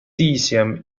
caesium